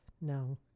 No